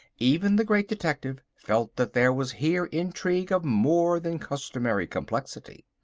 even the great detective felt that there was here intrigue of more than customary complexity.